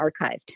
archived